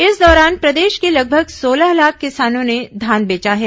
इस दौरान प्रदेश के लगभग सोलह लाख किसानों ने धान बेचा है